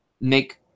make